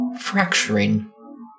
fracturing